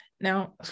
Now